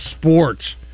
sports